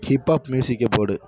hip hop மியூசிக்கை போடு